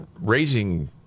raising